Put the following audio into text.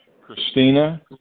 Christina